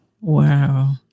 wow